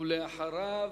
ואחריו,